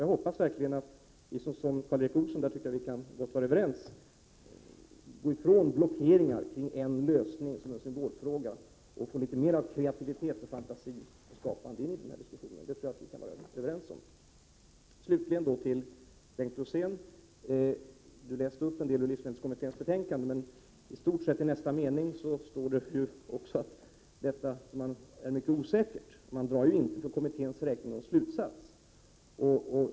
Jag hoppas verkligen, Karl Erik Olsson, att vi kan gå ifrån blockeringar och få litet mer av kreativitet, fantasi och skapande i den här diskussionen. Det tror jag att vi kan vara överens om. Bengt Rosén läste upp en del ur livsmedelskommitténs betänkande. Men i nästa mening står också att detta är mycket osäkert. Man drar inte för kommitténs räkning någon slutsats.